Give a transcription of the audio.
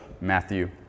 Matthew